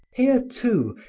here, too,